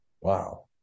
wow